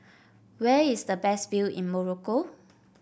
where is the best view in Morocco